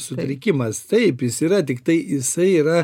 sutrikimas taip jis yra tiktai jisai yra